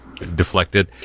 Deflected